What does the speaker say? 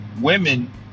women